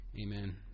Amen